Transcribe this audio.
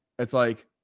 it's like